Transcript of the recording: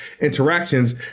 interactions